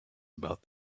about